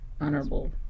honorable